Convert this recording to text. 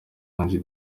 ange